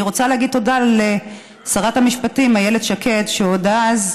אני רוצה להגיד תודה לשרת המשפטים איילת שקד שעוד אז,